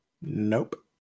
Nope